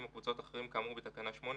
או קבוצות אחרים כאמור בתקנה אדם 8,